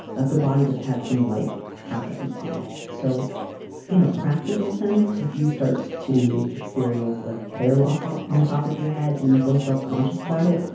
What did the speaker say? that's a body that's had some life happen on it. so in a practical sense, if you start to experience like hair loss ah up on the top of your head and you feel self-conscious about it,